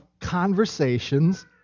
conversations